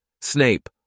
Snape